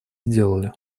сделали